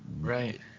Right